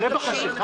היא תירה בחשכה?